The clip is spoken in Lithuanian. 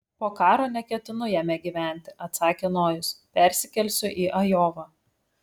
po karo neketinu jame gyventi atsakė nojus persikelsiu į ajovą